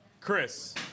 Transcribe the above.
Chris